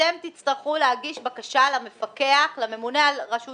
אתם תצטרכו להגיש בקשה לממונה על רשות